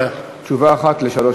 תשובה אחת על שלוש